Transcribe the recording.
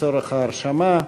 לצורך הרשמה.